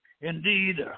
Indeed